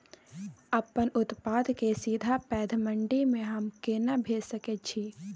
अपन उत्पाद के सीधा पैघ मंडी में हम केना भेज सकै छी?